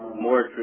more